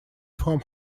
from